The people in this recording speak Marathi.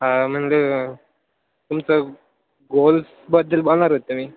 हा म्हणलं तुमचं गोल्सबद्दल बोलणार होते तुम्ही